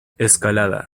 escalada